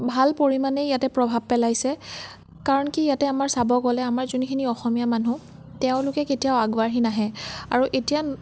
ভাল পৰিমাণেই ইয়াতে প্ৰভাৱ পেলাইছে কাৰণ কি ইয়াতে আমাৰ চাব গ'লে আমাৰ যোনখিনি অসমীয়া মানুহ তেওঁলোকে কেতিয়াও আগবাঢ়ি নাহে আৰু এতিয়া